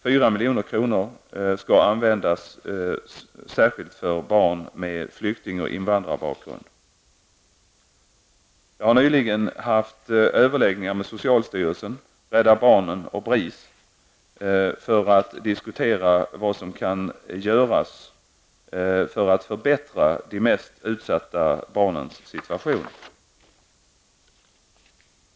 4 milj.kr. skall användas särskilt för barn med flykting och invandrarbakgrund. Jag har nyligen haft överläggningar med socialstyrelsen, Rädda Barnen och BRIS för att diskutera vad som kan göras för att förbättra de mest utsatta barnens situation.